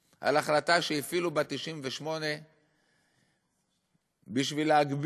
2:00 על החלטה שהפעילו בה את סעיף 98 כדי להגביל